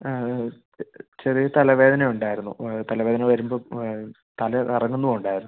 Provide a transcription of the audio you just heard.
അതെ ചെറിയ തലവേദന ഉണ്ടായിരുന്നു തലവേദന വരുമ്പം തല കറങ്ങുന്നുണ്ടായിരുന്നു